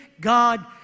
God